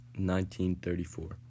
1934